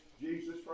Jesus